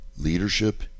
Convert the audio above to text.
Leadership